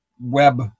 web